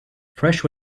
fresh